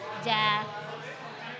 death